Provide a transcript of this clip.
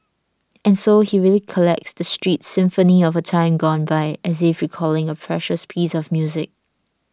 and so he recollects the street symphony of a time gone by as if recalling a precious piece of music